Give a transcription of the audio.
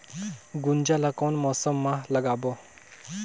गुनजा ला कोन मौसम मा लगाबो?